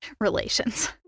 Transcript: relations